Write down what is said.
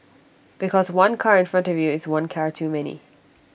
because one car in front of you is one car too many